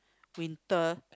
winter